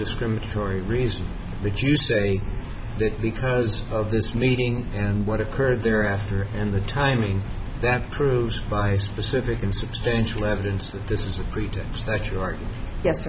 discriminatory reason that you say that because of this meeting and what occurred there after and the timing that proves by specific and substantial evidence that this was a pre